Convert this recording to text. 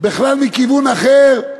בכלל מכיוון אחר,